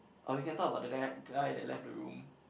or we can talk about the that guy that left the room